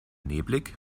nebelig